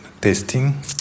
testing